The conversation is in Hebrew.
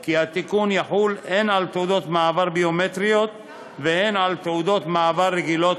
כי התיקון יחול הן על תעודות מעבר ביומטריות והן על תעודות מעבר רגילות,